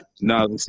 No